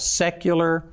secular